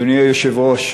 אדוני היושב-ראש,